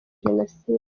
jenoside